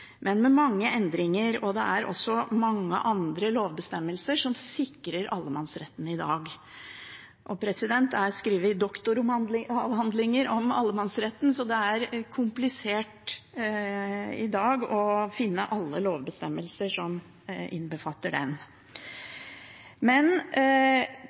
men med mange endringer, og det er også mange andre lovbestemmelser som sikrer allemannsretten i dag. Det er skrevet doktoravhandlinger om allemannsretten, og det er komplisert i dag å finne alle lovbestemmelser som innbefatter den.